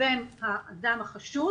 בין האדם החשוד